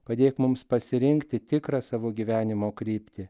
padėk mums pasirinkti tikrą savo gyvenimo kryptį